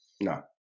No